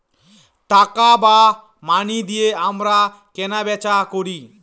টাকা বা মানি দিয়ে আমরা কেনা বেচা করি